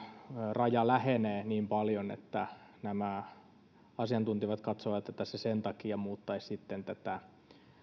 raja lähenee niin paljon että nämä asiantuntijat katsovat että se sen takia muuttaisi sitten tätä